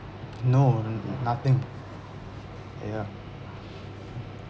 no n~ n~ nothing ya